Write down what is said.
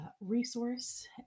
resource